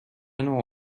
نوع